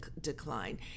decline